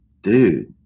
dude